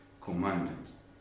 commandments